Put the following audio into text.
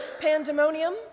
pandemonium